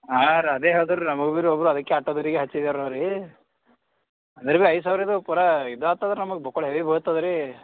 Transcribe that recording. ಹಾಂ ರೀ ಅದೇ ಹೇಳ್ದರು ರೀ ಅದಕ್ಕೆ ಆಟೋದವ್ರಿಗೇ ಹಚ್ಚಿದರು ರೀ ಅಂದ್ರೂ ಭೀ ಐದು ಸಾವಿರ ಇದು ಪೂರಾ ಇದಾಗ್ತದ್ ರೀ ನಮಗೆ ಬಿಲ್ಕುಲ್ ಹೆವೀ ಬೀಳ್ತದೆ ರೀ